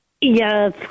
yes